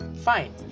Fine